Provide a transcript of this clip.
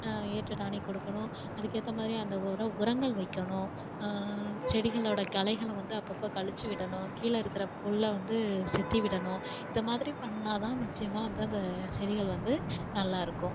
ஏற்ற டானிக் கொடுக்கணும் அதுக்கேற்ற மாதிரியே அந்த ஒரோ உரங்கள் வைய்க்கணும் செடிகளோட களைகலை வந்து அப்பப்போ கழிச்சு விடணும் கீழே இருக்கிற புல்லை வந்து செத்தி விடணும் இந்த மாதிரி பண்ணால்தான் நிச்சியமாக வந்து அந்த செடிகள் வந்து நல்லா இருக்கும்